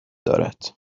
دارد